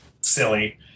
silly